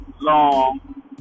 long